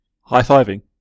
High-fiving